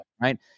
right